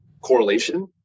correlation